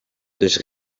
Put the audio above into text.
dus